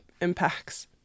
impacts